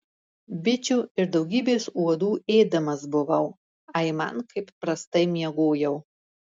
bičių ir daugybės uodų ėdamas buvau aiman kaip prastai miegojau